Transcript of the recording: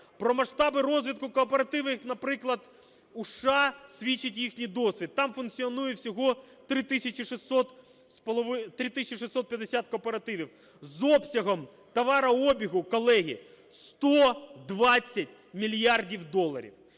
Про масштаби розвитку кооперативів, наприклад у США, свідчить їхній досвід: там функціонує всього 3 тисячі 650 кооперативів з обсягом товарообігу, колеги, 120 мільярдів доларів.